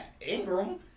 Ingram